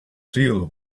deal